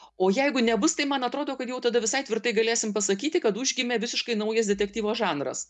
o jeigu nebus tai man atrodo kad jau tada visai tvirtai galėsim pasakyti kad užgimė visiškai naujas detektyvo žanras